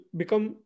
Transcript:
become